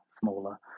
smaller